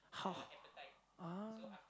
how ah